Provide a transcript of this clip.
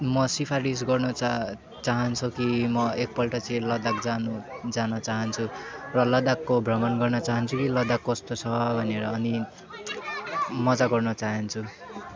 म सिफारिस गर्नु चा चाहन्छु कि म एकपल्ट चाहिँ लदाक जानु जान चाहन्छु र लदाकको भ्रमण गर्न चाहन्छु कि लदाक कस्तो छ भनेर अनि मज्जा गर्नु चाहन्छु